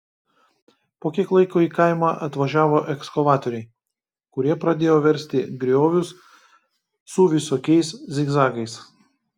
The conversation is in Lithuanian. po kiek laiko į kaimą atvažiavo ekskavatoriai kurie pradėjo versti griovius su visokiais zigzagais